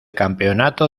campeonato